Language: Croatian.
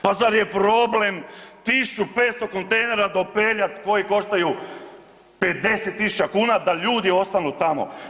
Pa zar je problem 1500 kontejnera dopeljat koji koštaju 50.000 kuna da ljudi ostanu tamo?